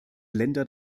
länder